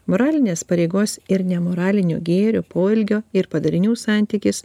moralinės pareigos ir nemoralinio gėrio poelgio ir padarinių santykis